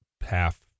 half